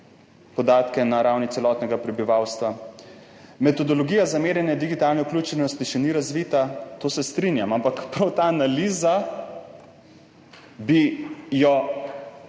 podatke na ravni celotnega prebivalstva. Metodologija za merjenje digitalne vključenosti še ni razvita. Se strinjam, ampak prav ta analiza bi jo